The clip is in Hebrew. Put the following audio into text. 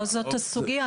לא זאת הסוגייה.